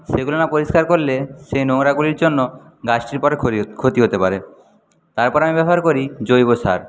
সেগুলো না পরিষ্কার করলে সেই নোংরাগুলির জন্য গাছটির পরে ক্ষরি ক্ষতি হতে পারে তারপর আমি ব্যবহার করি জৈব সার